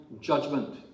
judgment